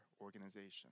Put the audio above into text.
organization